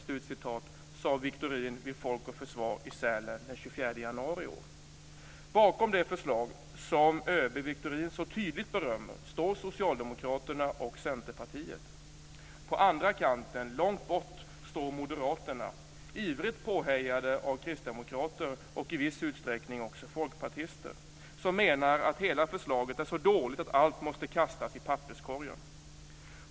Det sade Wiktorin vid Folk och Försvar i Sälen den 24 Bakom det förslag som ÖB Wiktorin så tydligt berömmer står Socialdemokraterna och Centerpartiet. På andra kanten, långt bort, står Moderaterna, ivrigt påhejade av Kristdemokraterna och i viss utsträckning Folkpartiet som menar att hela förslaget är så dåligt att allt måste kastas i papperskorgen.